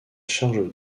charge